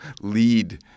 lead